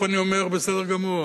אני אומר, בסדר גמור.